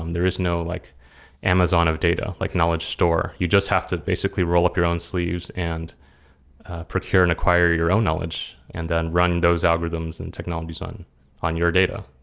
um there is no like amazon of data, like knowledge store. you just have to basically roll up your own sleeves and procure and acquire your own knowledge and then run those algorithms and technologies on on your data.